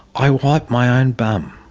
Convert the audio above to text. i wipe my own bum.